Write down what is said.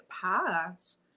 paths